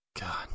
God